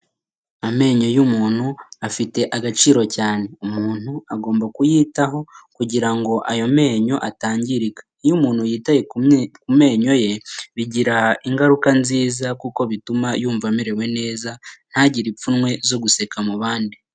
Amenyo y'umuntu afite agaciro cyane. Umuntu agomba kuyitaho kugira ngo ayo menyo atangirika. Iyo yitaye ku menyo ye bigira ingaruka nziza kuko bituma yumva amerewe neza, ntagire ipfunwe ryo guseka mu bandi.